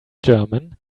german